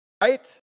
Right